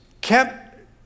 kept